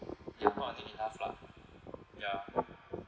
ya not earning enough lah ya